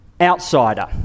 outsider